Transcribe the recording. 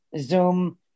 Zoom